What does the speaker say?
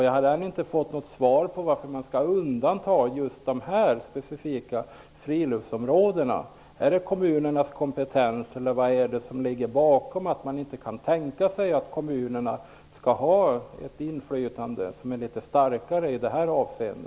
Jag har ännu inte fått något svar på varför just dessa specifika friluftsområden skall undantas. Är det fråga om kommunernas kompetens, eller vad är det som ligger bakom att nan inte kan tänka sig att kommunerna skall ha ett litet starkare inflytande?